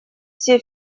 все